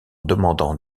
demandant